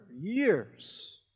years